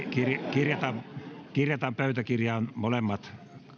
kirjataan kirjataan pöytäkirjaan molemmat